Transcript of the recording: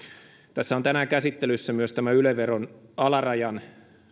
tässä on tänään käsittelyssä myös tämä yle veron alarajan